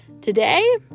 Today